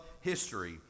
history